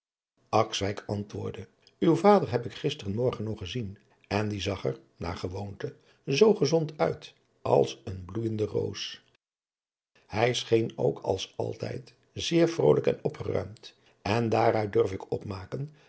antwoordde uw vader heb ik gister morgen nog gezien en die zag er naar gewoonte zoo gezond uit als eene bloeijende roos hij scheen ook als altijd zeer vrolijk en opgeruimd en daaruit durf ik opmaken